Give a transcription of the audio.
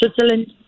switzerland